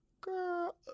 Girl